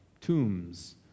tombs